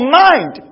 mind